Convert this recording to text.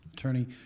attorney.